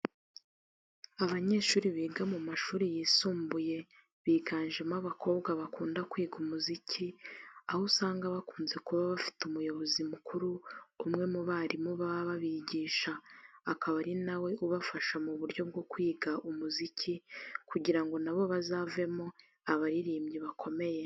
Abanyeshuri biga mu mashuri yisumbuye bigajemo abakobwa bakunda kwiga umuziki, aha usanga bakunze kuba bafite umuyobozi mukuru umwe mu barimu baba babigisha, akaba ari na we ubafasha mu buryo bwo kwiga umuziki kugira ngo na bo bazavemo abaririmbyi bakomeye.